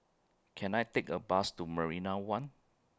Can I Take A Bus to Marina one